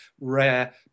rare